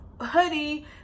hoodie